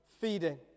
feeding